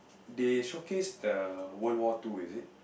they showcase the World War Two is it